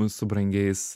su brangiais